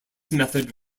method